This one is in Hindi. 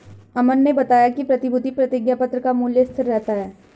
अमन ने बताया कि प्रतिभूति प्रतिज्ञापत्र का मूल्य स्थिर रहता है